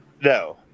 No